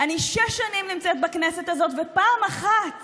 אני שש שנים נמצאת בכנסת הזאת ופעם אחת